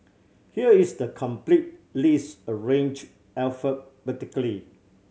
here is the complete list arranged alphabetically